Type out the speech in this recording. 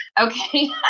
Okay